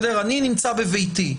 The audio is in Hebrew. אני נמצא בביתי,